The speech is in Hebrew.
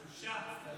בושה.